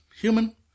human